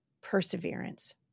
perseverance